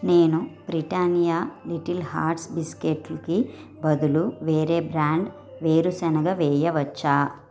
నేను Britannia little hearts బిస్కెట్లుకి బదులు వేరే బ్రాండ్ వేరుశనగ వెయ్యవచ్చా